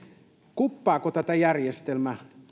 kuppaako tätä järjestelmää